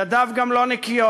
ידיו גם לא נקיות.